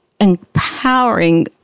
empowering